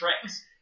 tricks